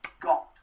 got